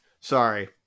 sorry